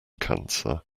cancer